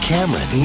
Cameron